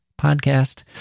podcast